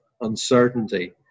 uncertainty